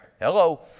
Hello